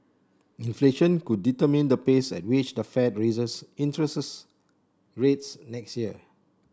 inflation could determine the pace at which the Fed raises interests rates next year